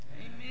Amen